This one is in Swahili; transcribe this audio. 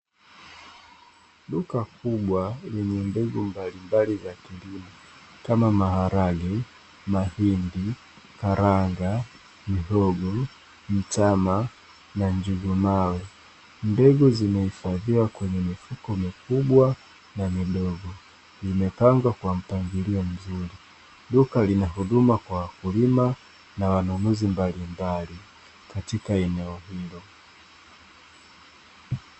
Duka kubwa lenye mbegu mbalimbali za kilimo kama maharage, mahindi, karanga, mihogo, mtama na njugu mawe. Mbegu zimehifadhiwa kwenye mifuko mikubwa na midogo imepangwa kwa mpangilio mzuri, duka lina huduma kwa wakulima na wanunuzi mbalimbali katika eneo hilo.